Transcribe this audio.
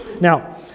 Now